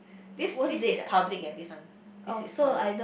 this this is public aye this one this is public